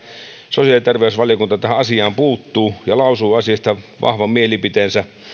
sosiaali ja terveysvaliokunta tähän asiaan puuttuu ja lausuu asiasta vahvan mielipiteensä